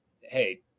hey